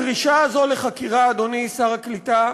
הדרישה הזאת לחקירה, אדוני שר הקליטה,